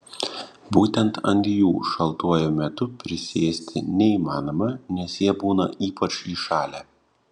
būtent ant jų šaltuoju metu prisėsti neįmanoma nes jie būna ypač įšalę